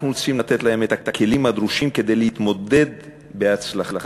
אנחנו רוצים לתת להם את הכלים הדרושים כדי להתמודד בהצלחה